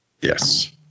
Yes